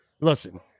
Listen